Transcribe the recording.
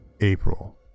April